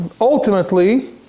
ultimately